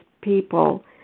people